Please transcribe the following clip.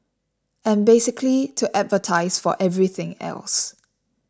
and basically to advertise for everything else